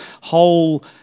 whole